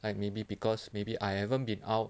like maybe because maybe I haven't been out